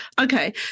Okay